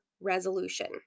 resolution